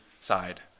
side